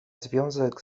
związek